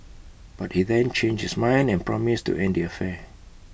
but he then changed his mind and promised to end the affair